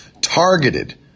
targeted